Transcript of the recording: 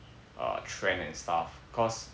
err trend and stuff cause